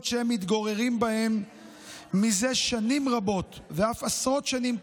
שהם מתגוררים בהן זה שנים רבות ואף עשרות שנים,